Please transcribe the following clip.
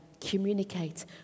Communicate